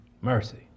Mercy